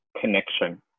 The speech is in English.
connection